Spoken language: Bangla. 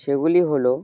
সেগুলি হলো